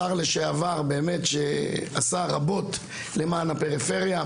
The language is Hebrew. השר לשעבר באמת שעשה רבות למען הפריפריה,